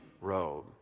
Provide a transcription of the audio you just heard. robe